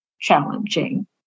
challenging